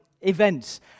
events